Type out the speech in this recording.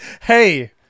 Hey